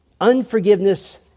unforgiveness